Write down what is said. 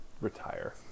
retire